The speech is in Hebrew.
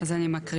אז אני מקריאה.